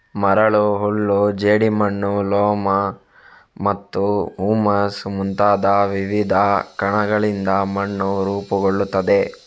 ಮರಳು, ಹೂಳು, ಜೇಡಿಮಣ್ಣು, ಲೋಮ್ ಮತ್ತು ಹ್ಯೂಮಸ್ ಮುಂತಾದ ವಿವಿಧ ಕಣಗಳಿಂದ ಮಣ್ಣು ರೂಪುಗೊಳ್ಳುತ್ತದೆ